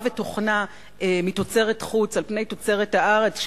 ותוכנה מתוצרת חוץ על פני תוצרת הארץ,